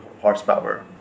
horsepower